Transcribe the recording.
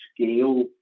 scale